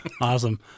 Awesome